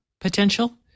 potential